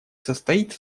состоит